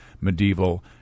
medieval